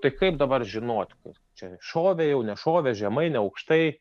tai kaip dabar žinoti kaip čia šovė jau nešovė žemai neaukštai